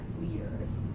leaders